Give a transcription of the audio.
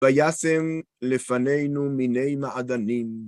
ויישם לפנינו מיני מעדנים.